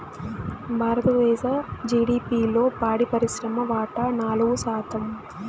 భారతదేశ జిడిపిలో పాడి పరిశ్రమ వాటా నాలుగు శాతం